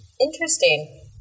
interesting